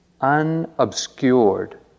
unobscured